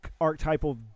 archetypal